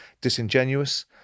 disingenuous